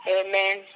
Amen